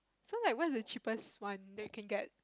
so like where's the cheapest one that you can get